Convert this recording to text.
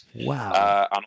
Wow